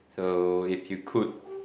so if you could